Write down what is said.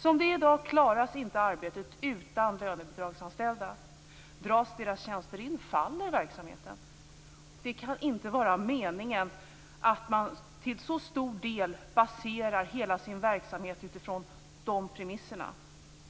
Som det är i dag klaras inte arbetet utan lönebidragsanställda. Om deras tjänster dras in faller verksamheten. Det kan inte vara meningen att man till så stor del baserar hela sin verksamhet utifrån dessa premisser.